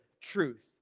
truth